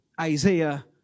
Isaiah